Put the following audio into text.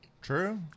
True